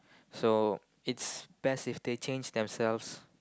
so it's best if they change themselves